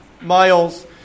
miles